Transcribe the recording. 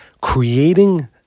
Creating